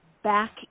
back